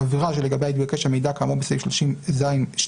(ב)אין באמור בתקנת משנה (א) כדי